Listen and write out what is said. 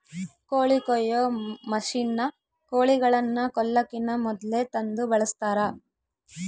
ಕೋಳಿ ಕೊಯ್ಯೊ ಮಷಿನ್ನ ಕೋಳಿಗಳನ್ನ ಕೊಲ್ಲಕಿನ ಮೊದ್ಲೇ ತಂದು ಬಳಸ್ತಾರ